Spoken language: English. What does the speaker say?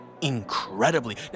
incredibly